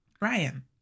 Ryan